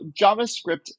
javascript